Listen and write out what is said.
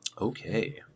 Okay